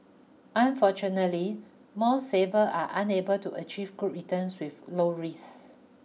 unfortunately most savers are unable to achieve good returns with low risks